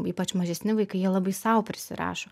ypač mažesni vaikai jie labai sau prisirašo